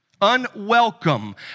unwelcome